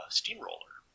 steamroller